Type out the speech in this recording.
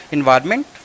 Environment